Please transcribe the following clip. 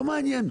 לא מעניין.